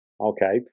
okay